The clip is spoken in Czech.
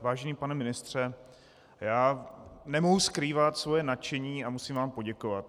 Vážený pane ministře, nemohu skrývat svoje nadšení a musím vám poděkovat.